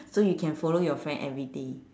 so you can follow your friend every day